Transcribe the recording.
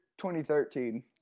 2013